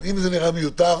ממינהלת האכיפה,